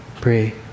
pray